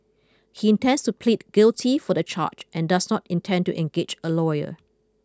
he intends to plead guilty for the charge and does not intend to engage a lawyer